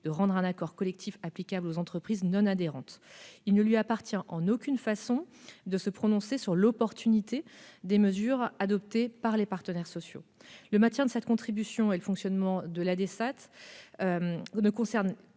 de rendre un accord collectif applicable aux entreprises non adhérentes ; il ne lui appartient en aucune façon de se prononcer sur l'opportunité des mesures adoptées par les partenaires sociaux. Le maintien de cette contribution et le fonctionnement de l'Adesatt concernent